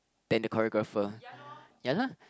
than the choreographer ya lah